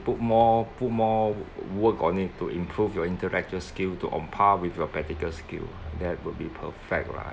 put more put more work on it to improve your intellectual skill to on par with your practical skill that would be perfect right